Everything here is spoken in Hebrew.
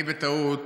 בטעות,